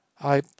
I